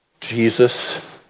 Jesus